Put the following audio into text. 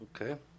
Okay